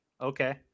okay